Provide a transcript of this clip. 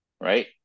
Right